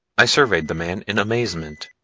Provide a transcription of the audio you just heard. i surveyed the man in amazement.